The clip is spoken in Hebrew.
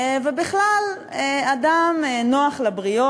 ובכלל, אדם נוח לבריות.